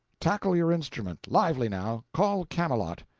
tackle your instrument. lively, now! call camelot.